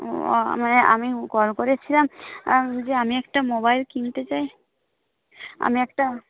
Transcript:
ও আমি কল করেছিলাম যে আমি একটা মোবাইল কিনতে চাই আমি একটা